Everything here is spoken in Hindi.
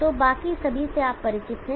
तो बाकी सभी से आप परिचित हैं